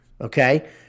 Okay